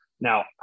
Now